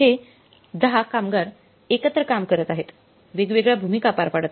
हे 10 कामगार एकत्र काम करत आहेत वेगवेगळ्या भूमिका पार पाडत आहेत